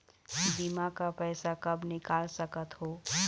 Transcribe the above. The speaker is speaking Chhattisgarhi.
बीमा का पैसा कब निकाल सकत हो?